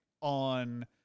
on